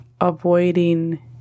avoiding